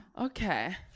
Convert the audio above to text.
Okay